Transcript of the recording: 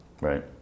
Right